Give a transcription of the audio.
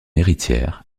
héritière